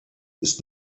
ist